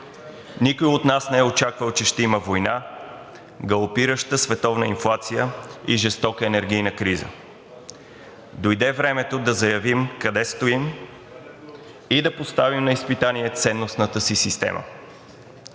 Никой от нас не е очаквал, че ще има война, галопираща световна инфлация и жестока енергийна криза. Дойде времето да заявим къде стоим и да поставим на изпитание ценностната си система.